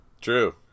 True